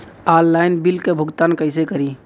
Online bill क भुगतान कईसे करी?